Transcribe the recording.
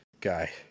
guy